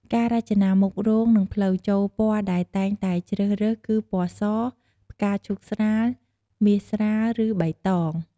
ការរចនាមុខរោងនិងផ្លូវចូលពណ៌ដែលតែងតែជ្រើសរើសគឺ ពណ៌ស, ផ្កាឈូកស្រាល, មាសស្រាល ឬបៃតង។